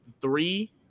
three